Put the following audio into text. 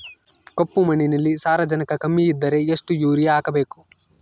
ಕಪ್ಪು ಮಣ್ಣಿನಲ್ಲಿ ಸಾರಜನಕ ಕಮ್ಮಿ ಇದ್ದರೆ ಎಷ್ಟು ಯೂರಿಯಾ ಹಾಕಬೇಕು?